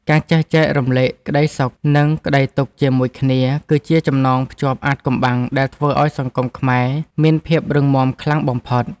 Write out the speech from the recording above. ការចេះចែករំលែកក្តីសុខ និងក្តីទុក្ខជាមួយគ្នា គឺជាចំណងភ្ជាប់អាថ៌កំបាំងដែលធ្វើឱ្យសង្គមខ្មែរមានភាពរឹងមាំខ្លាំងបំផុត។